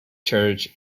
church